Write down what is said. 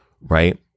Right